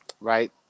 Right